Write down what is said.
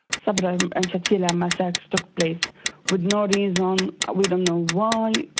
sabra and shatila massacre took place with no reason, we don't know why.